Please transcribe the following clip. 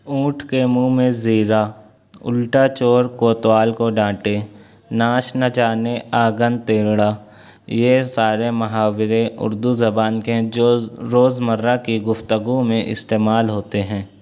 اونٹ کے منہ میں زیرا الٹا چور کوتوال کو ڈانٹے ناچ نہ جانے آنگن تیڑھا یہ سارے محاورے اردو زبان کے ہیں جو روزمرہ کی گفتگو میں استعمال ہوتے ہیں